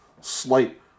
slight